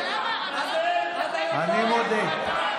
אני מודה.